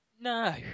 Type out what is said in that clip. No